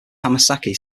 hamasaki